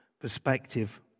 perspective